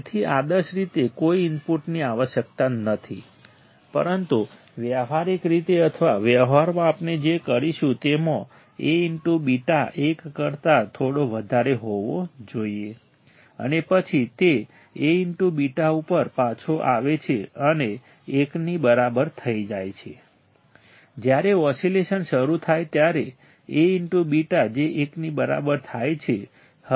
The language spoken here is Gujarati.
તેથી આદર્શ રીતે કોઈ ઇનપુટની આવશ્યકતા નથી પરંતુ વ્યવહારિક રીતે અથવા વ્યવહારમાં આપણે જે કરીશું તેમાં Aβ એક કરતા થોડો વધારે હોવો જોઈએ અને પછી તે Aβ ઉપર પાછો આવે છે અને 1 ની બરાબર થઈ જાય છે જ્યારે ઑસિલેશન શરૂ થાય ત્યારે Aβ જે 1 ની બરાબર થાય છે